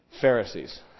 Pharisees